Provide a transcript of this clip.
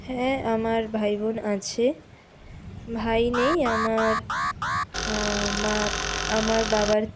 হ্যাঁ আমার ভাই বোন আছে ভাই নেই আমার মা আমার বাবার